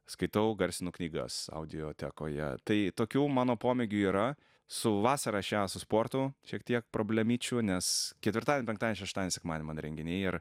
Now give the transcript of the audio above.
skaitau garsinu knygas audiotekoje tai tokių mano pomėgių yra su vasara šią su sportu šiek tiek problemyčių nes ketvirtadienį penktadienį šeštadienį sekmadienį man renginiai ir